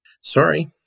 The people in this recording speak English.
Sorry